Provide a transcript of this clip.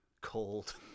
cold